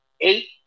eight